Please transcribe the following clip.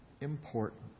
important